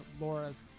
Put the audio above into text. Laura's